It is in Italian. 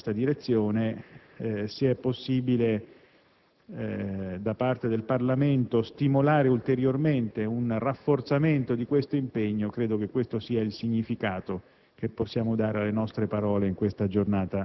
per attivarsi in questa direzione. Se è possibile, da parte del Parlamento stimolare ulteriormente un rafforzamento di questo impegno, credo che questo sia il significato